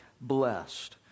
blessed